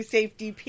Safety